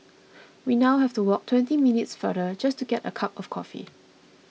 we now have to walk twenty minutes farther just to get a cup of coffee